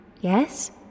yes